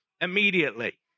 immediately